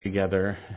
together